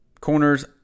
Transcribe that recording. Corners